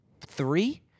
three